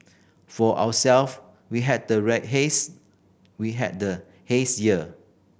for ourself we had the haze year we had the haze year